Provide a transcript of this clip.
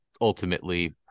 ultimately